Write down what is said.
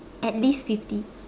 at least fifty